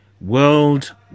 world